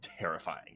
terrifying